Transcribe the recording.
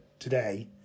today